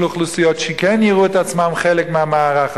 אוכלוסייה שכן יראו את עצמם חלק מהמערך הזה.